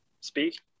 speak